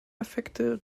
effekte